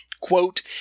quote